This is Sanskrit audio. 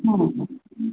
हा